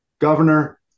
Governor